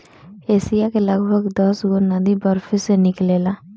Asia के लगभग दसगो नदी बरफे से निकलेला